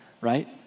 right